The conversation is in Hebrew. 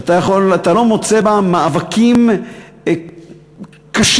שאתה לא מוצא בה מאבקים קשים,